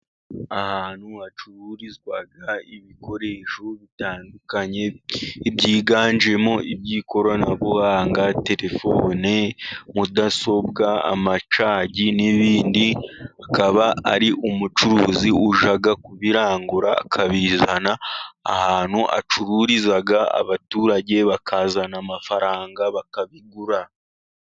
Ahantu hacururizwa ibikoresho bitandukanye byiganjyemo iby'ikoranabuhanga, telefone, mudasobwa, amacagi n'ibindi. Akaba ari umucuruzi ujya kubirangura akabizana ahantu acururiza, abaturage bakazana amafaranga bakabigura.